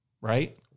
Right